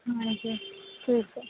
ਹਾਂਜੀ ਠੀਕ ਹੈ